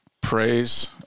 praise